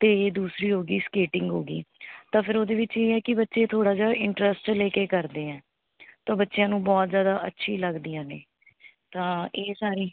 ਅਤੇ ਦੂਸਰੀ ਹੋ ਗਈ ਸਕੇਟਿੰਗ ਹੋ ਗਈ ਤਾਂ ਫਿਰ ਉਹਦੇ ਵਿੱਚ ਇਹ ਹੈ ਕਿ ਬੱਚੇ ਥੋੜ੍ਹਾ ਜਿਹਾ ਇੰਟਰਸਟ ਲੈ ਕੇ ਕਰਦੇ ਹੈ ਤਾਂ ਬੱਚਿਆਂ ਨੂੰ ਬਹੁਤ ਜ਼ਿਆਦਾ ਅੱਛੀ ਲੱਗਦੀਆਂ ਨੇ ਤਾਂ ਇਹ ਸਾਰੀ